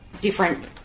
different